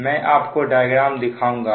मैं आपको डायग्राम दिखाऊंगा